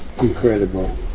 Incredible